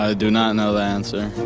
ah do not know that answer.